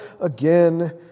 again